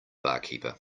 barkeeper